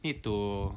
need to